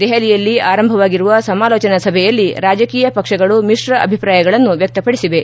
ದೆಹಲಿಯಲ್ಲಿ ಆರಂಭವಾಗಿರುವ ಸಮಾಲೋಚನಾ ಸಭೆಯಲ್ಲಿ ರಾಜಕೀಯ ಪಕ್ಷಗಳು ಮಿಶ್ರ ಅಭಿಪ್ರಾಯಗಳನ್ನು ವ್ಯಕ್ತಪಡಿಸಿವೆ